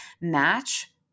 match